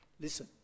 Listen